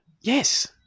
yes